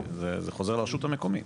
זה חוזר לרשות המקומית.